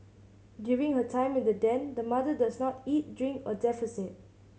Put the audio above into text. during her time in the den the mother does not eat drink or defecate